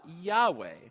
Yahweh